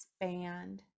expand